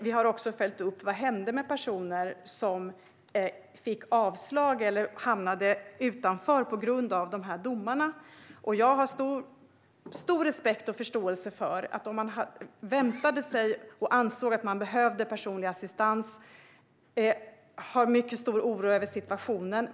Vi har också följt upp vad som hände med personer som fick avslag eller hamnade utanför på grund av domarna. Jag har stor respekt och förståelse för att människor, om man väntade sig och ansåg att man behövde personlig assistans, hyser mycket stor oro över situationen.